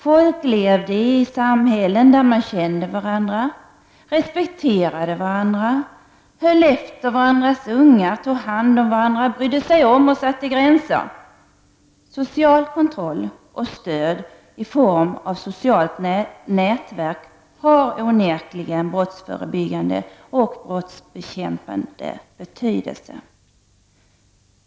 Folk levde i ett samhälle där man kände varandra, respekterade varandra, höll efter varandras ungar, tog hand om varandra, brydde sig om och satte gränser. Social kontroll och stöd i form av socialt nätverk har onekligen brottsförebyggande och brottsbekämpande betydelse.